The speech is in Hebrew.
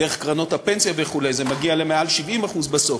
דרך קרנות הפנסיה וכו', וזה מגיע למעל 70% בסוף,